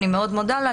ואני מאוד מודה על כך.